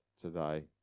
today